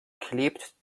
klebt